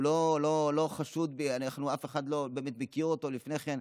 הוא לא חשוד, אף אחד באמת לא מכיר אותו לפני כן.